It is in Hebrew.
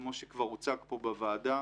כמו שכבר הוצג פה בוועדה.